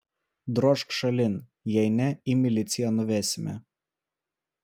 drožk šalin jei ne į miliciją nuvesime